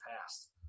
past